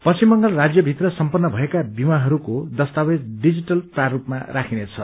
पश्चिम बंगाल राज्यभित्र सम्पन्न भएका विवाहरुस्को दस्तावेज डिजिटल प्रासपमा राखिनेछ